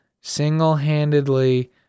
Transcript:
single-handedly